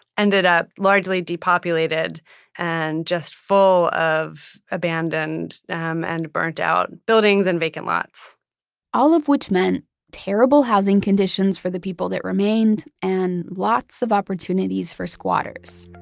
ended up largely depopulated and just full of abandoned um and burnt out buildings and vacant lots all of which meant terrible housing conditions for the people that remained and lots of opportunities for squatters